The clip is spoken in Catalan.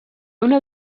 una